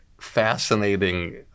fascinating